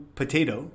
potato